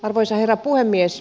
arvoisa herra puhemies